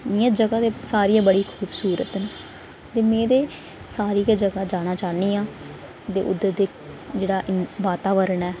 इ'या जगह्ं ते सारियां बड़ियां खूबसूरत न ते में ते सारी गै जगह् जाना चाह्न्नी आं ते उद्धर दे जेह्ड़ा वातावरण ऐ